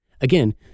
Again